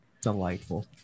delightful